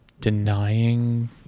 denying